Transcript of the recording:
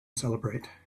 celebrate